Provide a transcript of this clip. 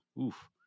oof